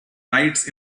lights